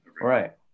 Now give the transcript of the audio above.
Right